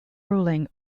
ruling